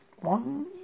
one